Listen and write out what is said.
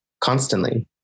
constantly